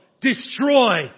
destroy